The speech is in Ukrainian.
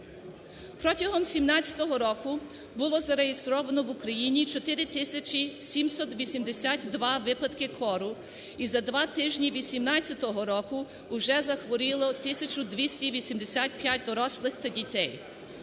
Протягом 2017 року було зареєстровано в Україні 4 тисяч 782 випадки кору і за два тижні 2018 року уже захворіло тисячу 285 дорослих та дітей.